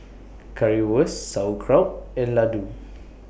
Currywurst Sauerkraut and Ladoo